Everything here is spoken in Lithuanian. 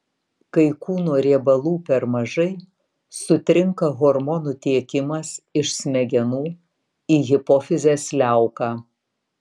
kai kūno riebalų per mažai sutrinka hormonų tiekimas iš smegenų į hipofizės liauką